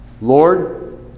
Lord